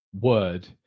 word